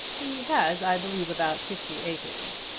he has i believe about fifty acres.